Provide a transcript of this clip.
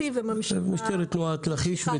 וממשיכה ------ משטרת תנועה לכיש,